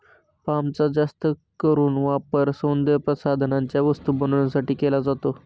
पामचा जास्त करून वापर सौंदर्यप्रसाधनांच्या वस्तू बनवण्यासाठी केला जातो